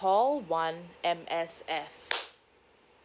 call one M_S_F